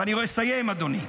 ואני מסיים, אדוני.